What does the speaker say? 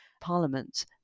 Parliament